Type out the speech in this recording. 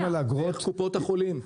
שזה יהיה דרך קופות החולים.